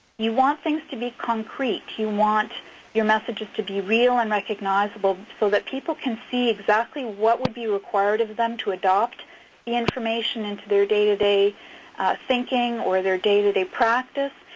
you want things to be concrete. you want your messages to be real and recognizable so that people can see exactly what would be required of them to adopt the information into their day-to-day thinking or their day-to-day practice.